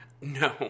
No